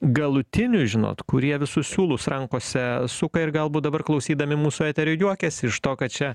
galutinių žinot kurie visus siūlus rankose suka ir galbūt dabar klausydami mūsų eterio juokiasi iš to kad čia